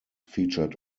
featured